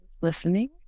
listening